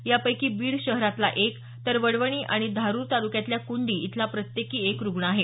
यापैकी बीड शहरातला एक तर वडवणी आणि धारुर तालुक्यातल्या कुंडी इथला प्रत्येकी एक रुग्ण आहे